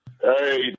hey